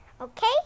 okay